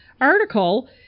article